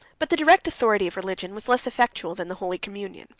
but the direct authority of religion was less effectual than the holy communion,